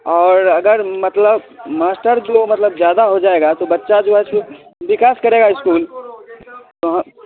और अगर मतलब मास्टर जो मतलब ज्यादा हो जाएगा तो बच्चा जो है सो विकास करेगा स्कूल